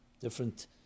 different